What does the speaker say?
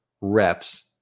reps